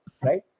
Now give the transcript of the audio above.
right